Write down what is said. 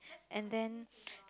and then